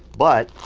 but